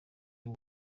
y’u